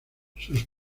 sus